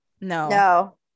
no